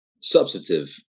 substantive